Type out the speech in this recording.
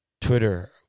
Twitter